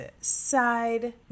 side